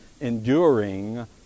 enduring